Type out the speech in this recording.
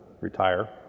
retire